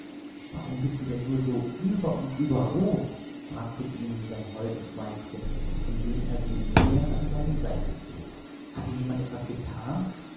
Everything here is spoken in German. warum bist du nur so über und über rot fragte emil sein holdes weibchen indem er sie näher an seine seite zog hat dir jemand etwas getan